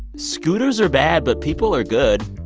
scooters are bad, but people are good.